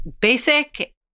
basic